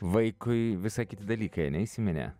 vaikui visai kiti dalykai ane įsiminė